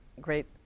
great